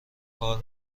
کار